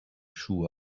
schuhe